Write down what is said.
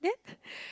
then